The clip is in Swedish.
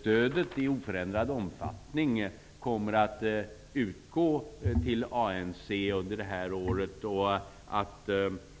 stödet till ANC kommer att utgå i oförändrad omfattning under detta år.